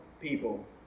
people